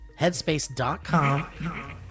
Headspace.com